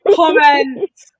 comments